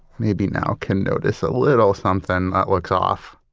maybe now, can notice a little something that looks off